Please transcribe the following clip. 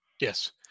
Yes